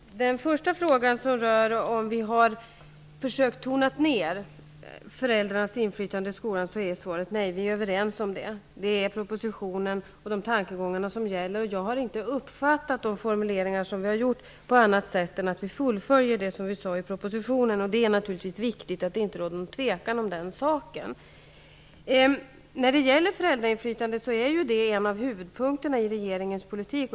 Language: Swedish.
Herr talman! Den första frågan gäller om regeringen har försökt tona ner föräldrarnas inflytande i skolan. Svaret på den frågan är nej. Vi är överens om att det är propositionen och de tankegångar som där förs fram som gäller. Jag har inte uppfattat de formuleringar som gjorts på annat sätt än att regeringen fullföljer det som sades i propositionen. Det är naturligtvis viktigt att det inte råder någon tvekan om den saken. Föräldrainflytandet är en av huvudpunkterna i regeringens politik.